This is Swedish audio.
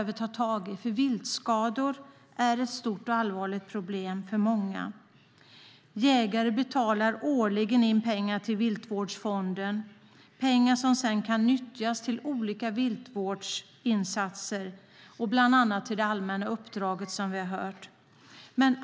Viltskador är ett stort och allvarligt problem för många. Jägare betalar årligen in pengar till Viltvårdsfonden. Det är pengar som sedan kan nyttjas till olika viltvårdsinsatser, bland annat till det allmänna uppdraget.